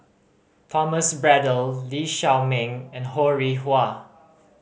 Thomas Braddell Lee Shao Meng and Ho Rih Hwa